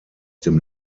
dem